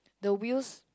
the wheels